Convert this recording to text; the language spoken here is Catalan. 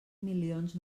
milions